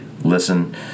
Listen